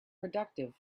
productive